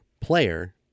player